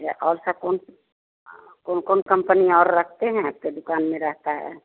अच्छा और सा कौन कौन कौन कम्पनी और रखते हैं आपकी दुक़ान में रहता है